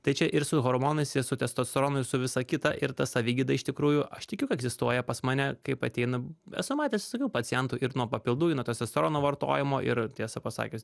tai čia ir su hormonais ir su testosteronu ir su visa kita ir ta savigyda iš tikrųjų aš tikiu kad egzistuoja pas mane kaip ateina esu matęs visokių pacientų ir nuo papildų ir nuo testosterono vartojimo ir tiesą pasakius